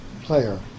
player